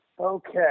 Okay